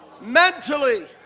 mentally